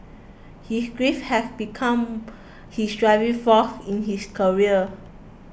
his grief had become his driving force in his career